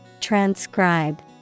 Transcribe